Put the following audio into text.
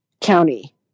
county